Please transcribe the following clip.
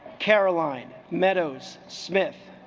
caroline meadows smith